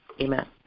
Amen